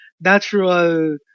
natural